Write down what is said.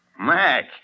Mac